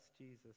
Jesus